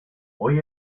hoy